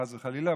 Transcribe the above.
חס וחלילה,